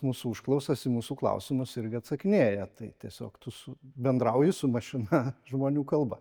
mūsų užklausas į mūsų klausimus irgi atsakinėja tai tiesiog tu su bendrauji su mašina žmonių kalba